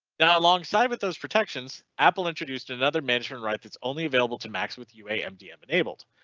now alongside with those protections apple introduced another management, right? that's only available to max with you am dm enabled.